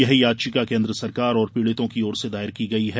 यह याचिका केंद्र सरकार और पीड़ितों की ओर से दायर की गई है